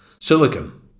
silicon